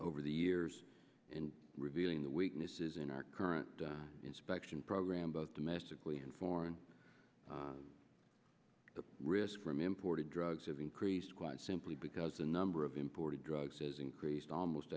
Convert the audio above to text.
over the years in revealing the weaknesses in our current inspection program both domestically and foreign the risk from imported drugs have increased quite simply because the number of imported drugs has increased almost